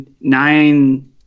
nine